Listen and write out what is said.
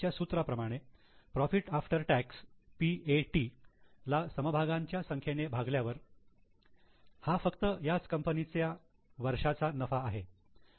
च्या सूत्राप्रमाणे profit after tax PAT ला समभागांच्या संख्येने भागल्यावर हा फक्त याच कंपनीचा वर्षाचा नफा आहे